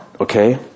okay